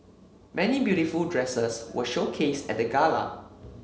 many beautiful dresses were showcased at the gala